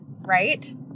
right